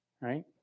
Right